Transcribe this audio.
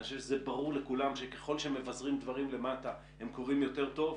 אני חושב שברור לכולם שככל שמבזרים דברים למטה הם קורים יותר טוב,